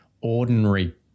ordinary